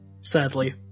Sadly